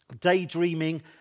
daydreaming